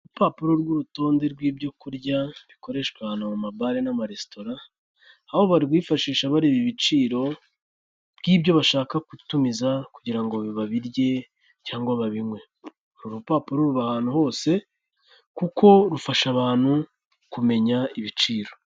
Urupapuro rw'urutonde rwibyo kurya bikoresha ahantu mu mabare n'amaresitora aho barwifashisha bareba ibiciro bw'ibyo bashaka gutumiza kugira ngo babirye cyangwa babinywe. Uru rupapuro ruba ahantu hose kuko rrufasha abantu kumenya ibiciro.